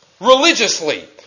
religiously